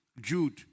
Jude